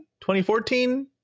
2014